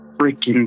freaking